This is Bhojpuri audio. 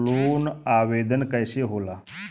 लोन आवेदन कैसे होला?